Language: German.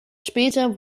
später